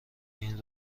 این